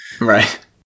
Right